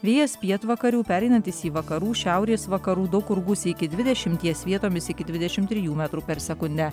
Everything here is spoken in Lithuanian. vėjas pietvakarių pereinantis į vakarų šiaurės vakarų daug kur gūsiai iki dvidešimties vietomis iki dvidešim trijų metrų per sekundę